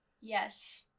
Yes